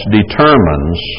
determines